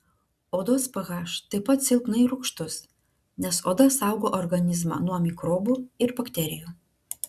odos ph taip pat silpnai rūgštus nes oda saugo organizmą nuo mikrobų ir bakterijų